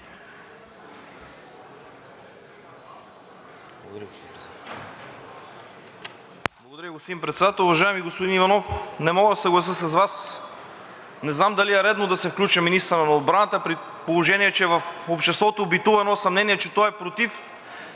Благодаря, господин Председател.